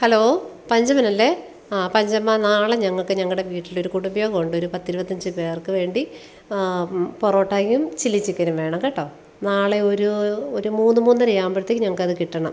hello പഞ്ചമനല്ലേ അ പഞ്ചമാ നാളെ ഞങ്ങൾക്ക് ഞങ്ങളുടെ വീട്ടിലൊരു കുടുംബയോഗം ഉണ്ട് ഒരു പത്ത് ഇരുപത്തഞ്ച് പേർക്ക് വേണ്ടി പൊറോട്ടായും ചില്ലി ചിക്കനും വേണം കേട്ടോ നാളെ ഒരു ഒരു മൂന്നു മൂന്നരയാവുമ്പോഴത്തേക്ക് ഞങ്ങൾക്കത് കിട്ടണം